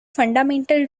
fundamental